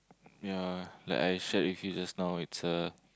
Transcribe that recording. ya like I shared with you just now it's a